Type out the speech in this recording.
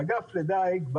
אגף הדיג,